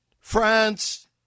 France